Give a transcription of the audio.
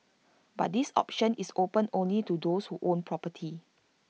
but this option is open only to those who own property